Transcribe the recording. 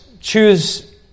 choose